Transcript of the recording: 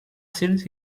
since